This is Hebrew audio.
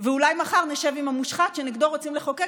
ואולי מחר נשב עם המושחת שנגדו רוצים לחוקק